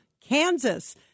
Kansas